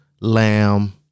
lamb